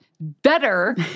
better